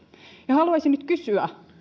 haluaisin nyt kysyä